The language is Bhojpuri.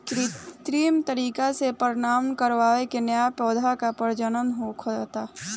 कृत्रिम तरीका से परागण करवा के न्या पौधा के प्रजनन होखता